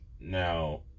Now